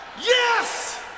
Yes